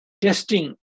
testing